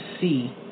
see